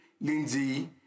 Lindsay